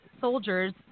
soldiers